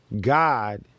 God